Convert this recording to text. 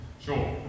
sure